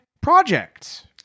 projects